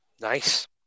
Nice